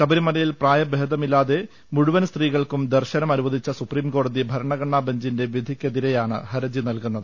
ശബരിമലയിൽ പ്രായഭേദമില്ലാതെ മുഴു വൻ സ്ത്രീകൾക്കും ദർശനം അനുവദിച്ച സുപ്രീംകോടതി ഭരണഘടന ബെഞ്ചിന്റെ വിധിക്കെതിരെയാണ് ഹരജി നൽകുന്നത്